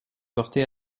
porté